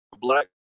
black